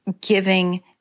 giving